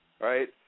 Right